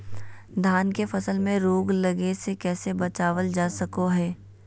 धान के फसल में रोग लगे से कैसे बचाबल जा सको हय?